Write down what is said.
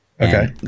okay